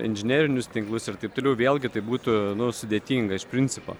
inžinerinius tinklus ir taip toliau vėlgi tai būtų sudėtinga iš principo